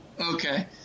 Okay